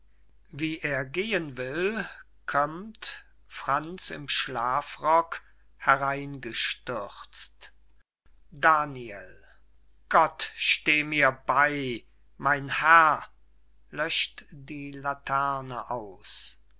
wie er gehen will kömmt franz im schlafrock hereingestürzt daniel gott steh mir bey mein herr löscht die laterne aus